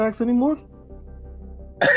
anymore